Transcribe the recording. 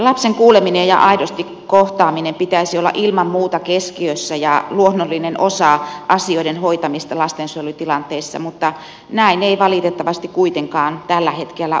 lapsen kuulemisen ja aidosti kohtaamisen pitäisi olla ilman muuta keskiössä ja luonnollinen osa asioiden hoitamista lastensuojelutilanteissa mutta näin ei valitettavasti kuitenkaan tällä hetkellä ole